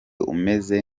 umeze